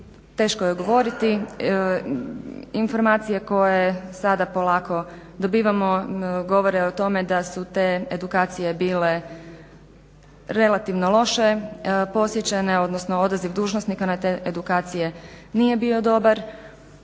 teško je odgovoriti. Informacije koje sada polako dobivamo govore o tome da su te edukacije bile relativno loše posjećene, odnosno odaziv dužnosnika na te edukacije nije bio dobar.